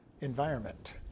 environment